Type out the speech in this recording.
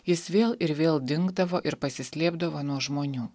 jis vėl ir vėl dingdavo ir pasislėpdavo nuo žmonių